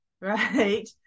right